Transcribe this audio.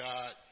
God